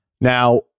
Now